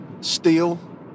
steel